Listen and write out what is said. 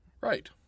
Right